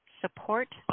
Support